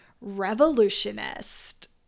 Revolutionist